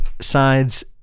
sides